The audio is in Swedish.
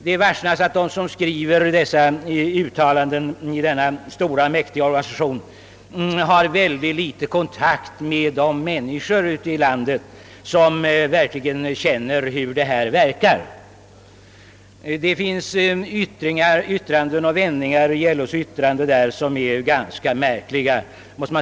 Det märks att de personer i denna stora och mäktiga organisation som har skrivit yttrandet har föga kontakt med de människor i landet som själva vet hur åtgärderna verkar. Det finns uttalanden och vändningar som är ganska märkliga.